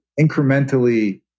incrementally